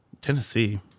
Tennessee